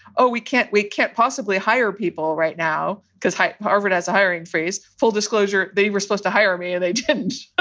oh, we can't we can't possibly hire people right now because harvard has a hiring freeze. full disclosure, they were supposed to hire me and they didn't.